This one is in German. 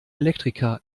elektriker